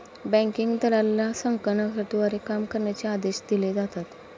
banking दलालाला संगणकाद्वारे काम करण्याचे आदेश दिले जातात